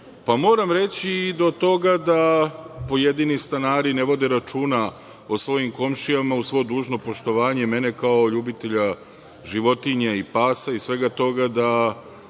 moram reći, i do toga da pojedini stanari ne vode računa o svojim komšijama, uz svo dužno poštovanje mene kao ljubitelja životinja i pasa i svega toga, da